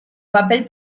papel